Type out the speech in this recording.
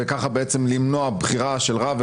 וכך למנוע בחירה של רב,